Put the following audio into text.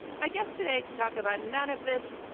my guest today to talk about none of this,